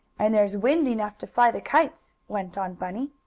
and there's wind enough to fly the kites, went on bunny.